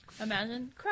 Imagine